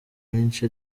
benshi